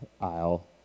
aisle